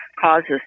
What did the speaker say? causes